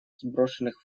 сброшенных